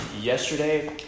yesterday